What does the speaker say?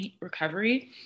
recovery